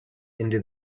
into